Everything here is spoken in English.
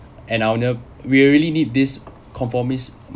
and will really need this conformist